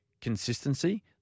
consistency